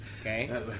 Okay